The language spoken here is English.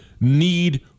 need